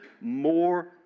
more